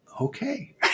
Okay